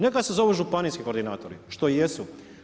Neka se zovu županijski koordinatori, što i jesu.